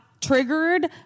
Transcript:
triggered